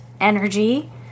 energy